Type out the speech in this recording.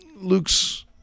Luke's